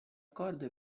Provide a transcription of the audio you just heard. accordo